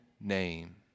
name